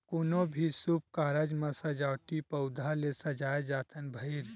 कोनो भी सुभ कारज म सजावटी पउधा ले सजाए जाथन भइर